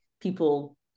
people